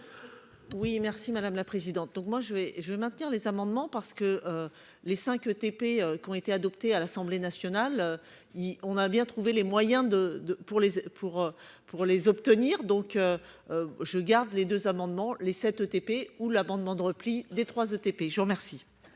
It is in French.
Oui merci madame la présidente. Donc moi je vais je vais maintenir les amendements parce que. Les 5 TP qui ont été adoptées à l'Assemblée nationale il on a bien trouvé les moyens de, de pour les pour pour les obtenir. Donc. Je garde les deux amendements les 7 ETP ou l'amendement de repli des 3 ETP. Je vous remercie.